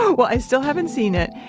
well i still haven't seen it,